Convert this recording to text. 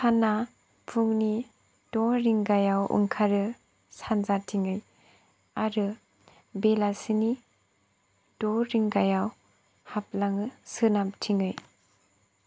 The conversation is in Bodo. साना फुंनि द' रिंगायाव ओंखारो सानजाथिङै आरो बेलासिनि द' रिंगायाव हाबलाङो सोनाबथिङै